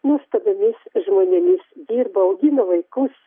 nuostabiomis žmonėmis dirba augino vaikus